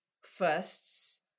firsts